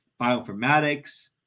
bioinformatics